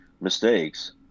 mistakes